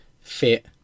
fit